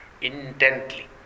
intently